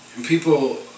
People